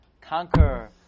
conquer